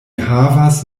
havas